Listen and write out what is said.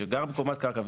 שגר בקומת קרקע,